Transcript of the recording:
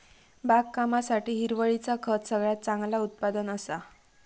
बागकामासाठी हिरवळीचा खत सगळ्यात चांगला उत्पादन असा